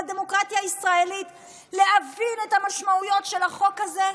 הדמוקרטיה הישראלית להבין את המשמעויות של החוק הזה?